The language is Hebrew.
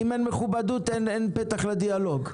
אם אין מכובדות, אין פתח לדיאלוג.